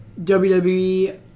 WWE